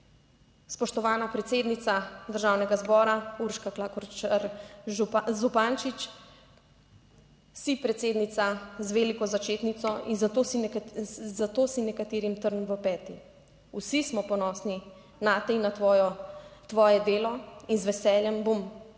Spoštovana predsednica Državnega zbora Urška Klakočar Zupančič, si predsednica z veliko začetnico in zato si, zato si nekaterim trn v peti. Vsi smo ponosni nate in na tvojo, tvoje delo in z veseljem bom,